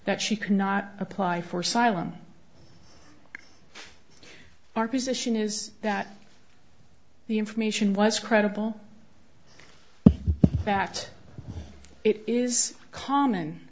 that she cannot apply for asylum our position is that the information was credible that it is common